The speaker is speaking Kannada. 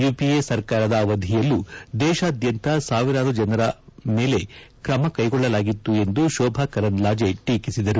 ಯುಪಿಎ ಸರ್ಕಾರದ ಅವಧಿಯಲ್ಲೂ ದೇಶಾದ್ಯಂತ ಸಾವಿರಾರು ಜನರ ಮೇಲೆ ಕ್ರಮ ಕೈಗೊಳ್ಳಲಾಗಿತ್ತು ಎಂದು ಶೋಭಾ ಕರಂದಾಜೆ ಟೀಕಿಸಿದರು